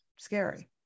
scary